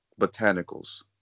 botanicals